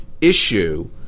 issue